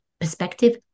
perspective